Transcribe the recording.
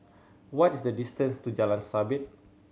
what is the distance to Jalan Sabit